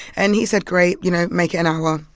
and he said great. you know, make it an hour,